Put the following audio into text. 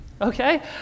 okay